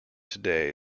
today